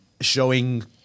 showing